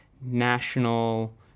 national